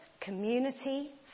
community